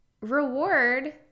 reward